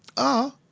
oh?